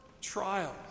trials